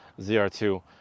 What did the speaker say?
ZR2